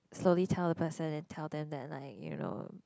slowly tell the person and tell them that like you know